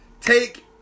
take